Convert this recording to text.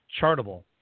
Chartable